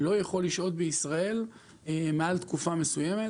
לא יכול לשהות בישראל מעל תקופה מסוימת.